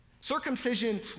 Circumcision